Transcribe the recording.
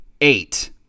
eight